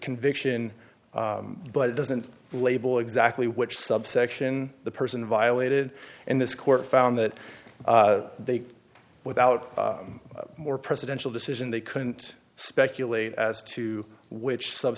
conviction but it doesn't label exactly which subsection the person violated in this court found that they without more presidential decision they couldn't speculate as to which sub